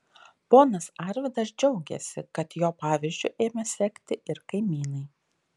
ponas arvydas džiaugėsi kad jo pavyzdžiu ėmė sekti ir kaimynai